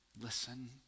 listen